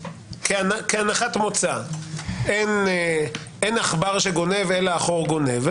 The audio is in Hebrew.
כהנחת מוצא אין עכבר שגונב אלא החור גונב,